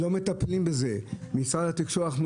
לא מטפלים בזה במשרד התקשורת.